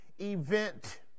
event